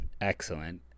excellent